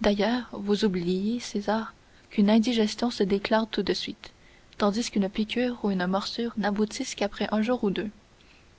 d'ailleurs vous oubliez césar qu'une indigestion se déclare tout de suite tandis qu'une piqûre ou une morsure n'aboutissent qu'après un jour ou deux